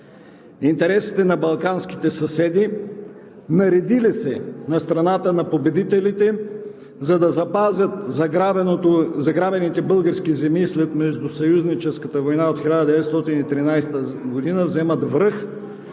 Интересите на балканските съседи, наредили се на страната на победителите, за да запазят заграбените български земи след Междусъюзническата война от 1913 г., вземат връх